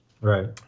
Right